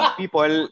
people